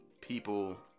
people